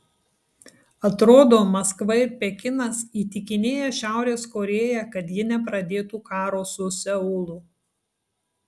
atrodo maskva ir pekinas įtikinėja šiaurės korėją kad ji nepradėtų karo su seulu